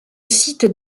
site